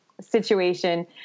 situation